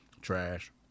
Trash